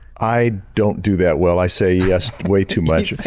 i don't do that. well, i say yes way too much.